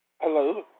Hello